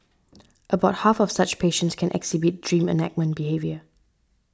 about half of such patients can exhibit dream enactment behaviour